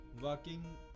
working